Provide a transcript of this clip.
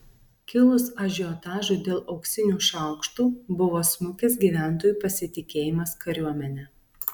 kilus ažiotažui dėl auksinių šaukštų buvo smukęs gyventojų pasitikėjimas kariuomene